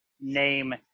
name